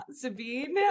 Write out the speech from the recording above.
sabine